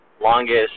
longest